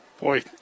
Boy